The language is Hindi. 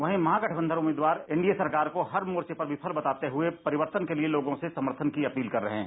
वहीं महागठबंधन उम्मीदवार एनडीए सरकार को हर मोर्चे पर विफल बताते हुये सत्ता परिवर्तन के लिए लोगों से समर्थन की अपील कर रहे हैं